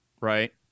right